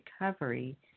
recovery